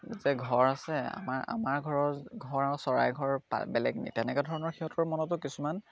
যে ঘৰ আছে আমাৰ আমাৰ ঘৰৰ ঘৰ আৰু চৰাই ঘৰ বা বেলেগ নি তেনেকুৱা ধৰণৰ সিহঁতৰ মনতো কিছুমান